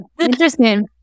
interesting